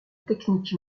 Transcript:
technique